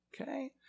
Okay